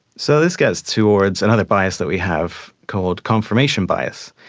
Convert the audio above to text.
so this gets towards another bias that we have called confirmation bias.